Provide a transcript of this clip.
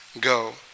go